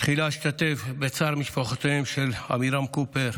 תחילה, אשתתף בצער משפחותיהם של עמירם קופר,